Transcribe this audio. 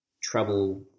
trouble